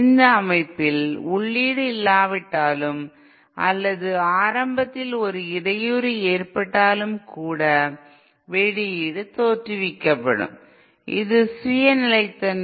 இந்த அமைப்பில் உள்ளீடு இல்லாவிட்டாலும் அல்லது ஆரம்பத்தில் ஒரு இடையூறு ஏற்பட்டாலும் கூட வெளியீடு தோற்றுவிக்கப்படும் இது சுய நிலைத்தன்மை